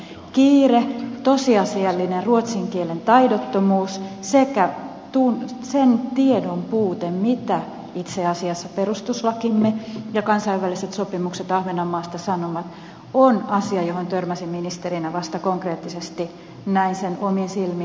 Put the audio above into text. kiire tosiasiallinen ruotsin kielen taidottomuus sekä sen tiedon puute mitä itse asiassa perustuslakimme ja kansainväliset sopimukset ahvenanmaasta sanovat ovat asioita joihin törmäsin ministerinä vasta konkreettisesti näin sen omin silmin